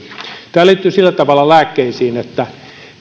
liittyy sillä tavalla lääkkeisiin että